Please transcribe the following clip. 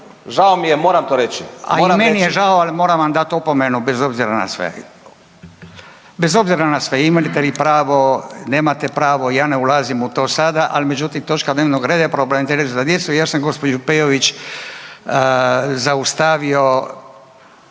Žao mi je, moramo to reći.